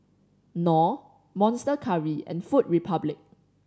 Knorr Monster Curry and Food Republic